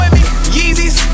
Yeezys